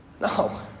No